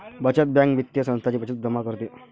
बचत बँक वित्तीय संस्था जी बचत जमा करते